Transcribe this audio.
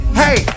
hey